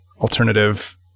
alternative